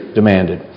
demanded